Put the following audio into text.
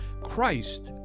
Christ